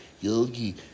Yogi